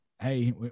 Hey